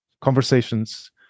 conversations